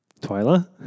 Twyla